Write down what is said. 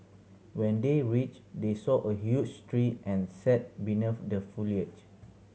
when they reached they saw a huge tree and sat beneath the foliage